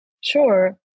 Sure